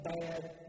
bad